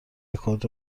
رکورد